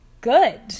good